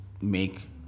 make